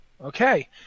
okay